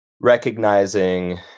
recognizing